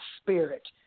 spirit